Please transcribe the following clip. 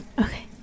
Okay